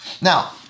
Now